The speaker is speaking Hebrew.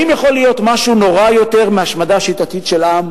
האם יכול להיות משהו נורא יותר מהשמדה שיטתית של עם,